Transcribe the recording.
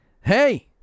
Hey